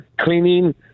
cleaning